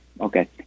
okay